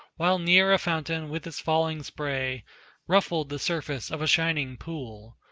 while near a fountain with its falling spray ruffled the surface of a shining pool,